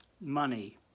money